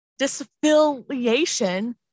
disaffiliation